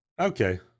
Okay